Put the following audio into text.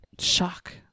Shock